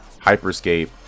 Hyperscape